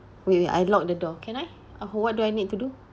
wait I lock the door can I uh what do I need to do